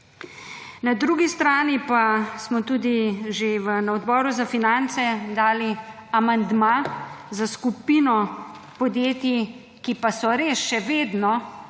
Na drugi strani pa smo tudi že na Odboru za finance dali amandma za skupino podjetij, ki pa so res še vedno